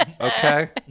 okay